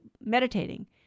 meditating